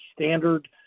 standard